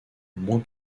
moins